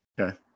okay